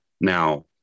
Now